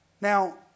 Now